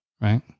Right